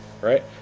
Right